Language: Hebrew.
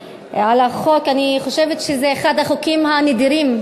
אני חושבת שזה אחד החוקים הנדירים,